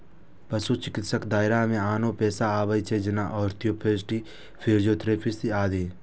पशु चिकित्साक दायरा मे आनो पेशा आबै छै, जेना आस्टियोपैथ, फिजियोथेरेपिस्ट आदि